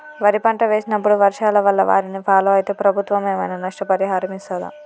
వరి పంట వేసినప్పుడు వర్షాల వల్ల వారిని ఫాలో అయితే ప్రభుత్వం ఏమైనా నష్టపరిహారం ఇస్తదా?